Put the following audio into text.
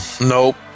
Nope